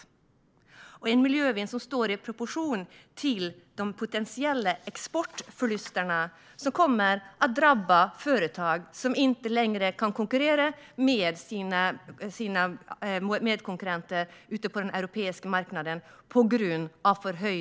Kommer den att innebära en miljövinst som står i proportion till de potentiella exportförluster som kommer att drabba företag som på grund av ökade transportkostnader inte längre kan tävla med sina konkurrenter på den europeiska marknaden?